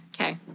Okay